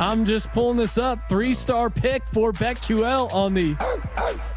i'm just pulling this up three star pick for beck ql on the